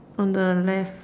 on the left